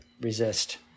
resist